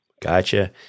Gotcha